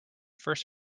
first